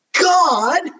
God